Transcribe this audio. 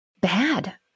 bad